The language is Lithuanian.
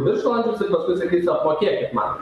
viršvalandžius ir paskui sakysiu apmokėkit man